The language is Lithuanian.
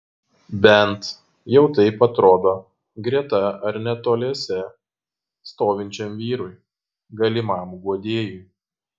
bent jau taip atrodo greta ar netoliese stovinčiam vyrui galimam guodėjui